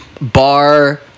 bar